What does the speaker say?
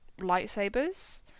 lightsabers